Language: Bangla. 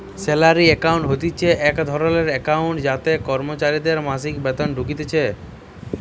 স্যালারি একাউন্ট হতিছে এক ধরণের একাউন্ট যাতে কর্মচারীদের মাসিক বেতন ঢুকতিছে